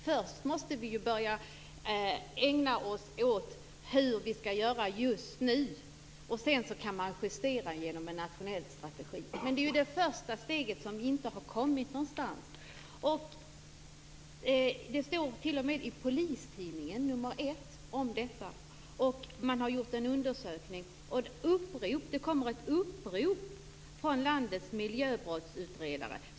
Först måste vi ägna oss åt hur vi skall göra just nu, och sedan kan man justera genom en nationell strategi. Men det är det första steget som inte har lett någonstans. Det stod t.o.m. i Polistidningen, nr 1, om detta. Man har gjort en undersökning. Det kommer ett upprop från landets miljöbrottsutredare.